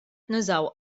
nużaw